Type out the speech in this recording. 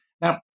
Now